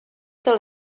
que